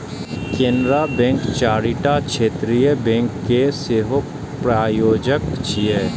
Canara bank चारिटा क्षेत्रीय bank के सेहो प्रायोजक छियै